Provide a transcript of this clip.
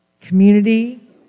community